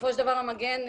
בסופו של דבר, המגן,